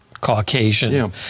Caucasian